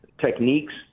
techniques